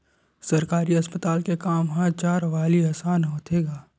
सरकारी अस्पताल के काम ह चारवाली असन होथे गा